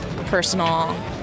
personal